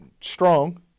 strong